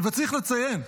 צריך לציין: